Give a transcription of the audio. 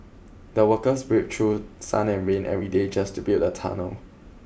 the workers braved through sun and rain every day just to build the tunnel